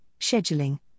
scheduling